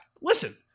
Listen